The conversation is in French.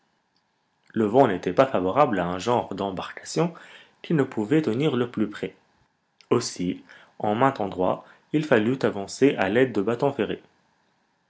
le vent n'était pas favorable à un genre d'embarcation qui ne pouvait tenir le plus près aussi en maint endroit il fallut avancer à l'aide des bâtons ferrés